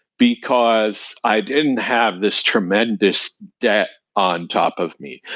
because i didn't have this tremendous debt on top of me.